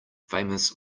famous